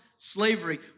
slavery